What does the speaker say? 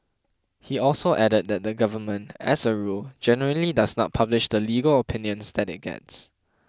he also added that the government as a rule generally does not publish the legal opinions that it gets